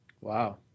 Wow